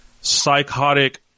psychotic